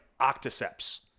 octiceps